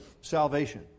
Salvation